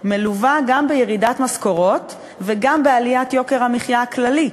מלווה גם בירידת משכורות וגם בעליית יוקר המחיה הכללי,